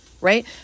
right